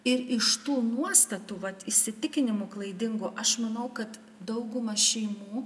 ir iš tų nuostatų vat įsitikinimų klaidingų aš manau kad daugumą šeimų